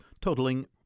totaling